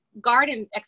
garden